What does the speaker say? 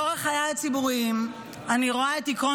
לאורך חיי הציבוריים אני רואה את עקרון